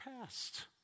past